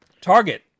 Target